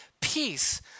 peace